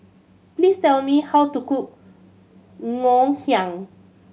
please tell me how to cook Ngoh Hiang